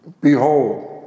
behold